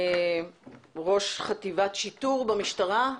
ראש חטיבת שיטור במשטרה.